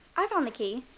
i found the key.